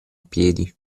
piedi